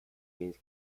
means